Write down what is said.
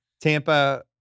Tampa